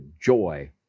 joy